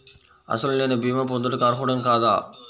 అసలు నేను భీమా పొందుటకు అర్హుడన కాదా?